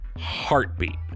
Heartbeat